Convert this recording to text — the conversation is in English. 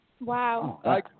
Wow